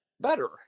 better